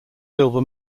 silver